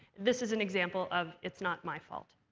this is an example of it's not my fault.